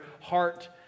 heart